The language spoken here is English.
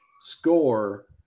score